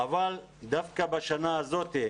אבל דווקא בשנה הזאת,